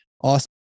awesome